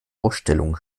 ausstellungen